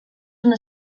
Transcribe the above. una